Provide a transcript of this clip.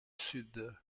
sud